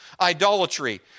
idolatry